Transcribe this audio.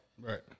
Right